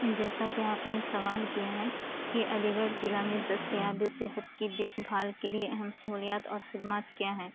جیسا کہ آپ نے سوال کیا ہے کہ علی گڑھ ضلع میں دستیاب صحت کی دیکھ بھال کے لیے اہم سہولیات اور خدمات کیا ہیں